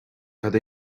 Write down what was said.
cad